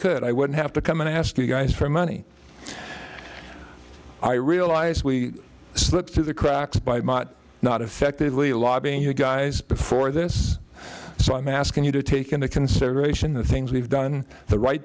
could i would have to come and ask you guys for money i realize we slipped through the cracks by not effectively lobbying you guys before this so i'm asking you to take into consideration the things we've done the right